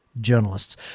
journalists